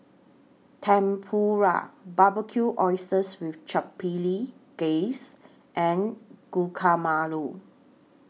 Tempura Barbecued Oysters with Chipotle Glaze and Guacamole